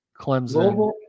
Clemson